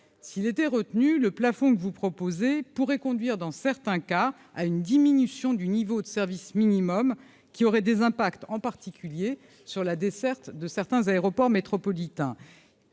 s'il était retenu le plafond que vous proposez, pourrait conduire dans certains cas à une diminution du niveau de service minimum qui aurait des impacts en particulier sur la desserte de certains aéroports métropolitains